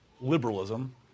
liberalism